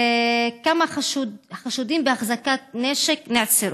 3. כמה חשודים בהחזקת נשק נעצרו?